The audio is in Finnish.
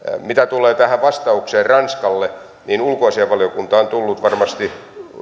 mitä tulee tähän vastaukseen ranskalle niin ulkoasiainvaliokunta on tullut varmasti